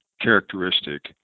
characteristic